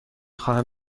خواهم